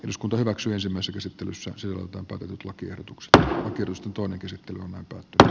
eduskunta hyväksyy sen myös esittelyssä se on palkannut lakiehdotuksesta edusti toinen käsittely oma tytär